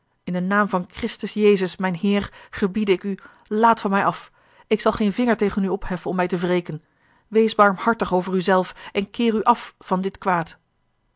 in den naam van christus jezus mijn heer gebiede ik u laat van mij af ik zal geen vinger tegen u opheffen om mij te wreken wees barmhartig over u zelf en keer u af van dit kwaad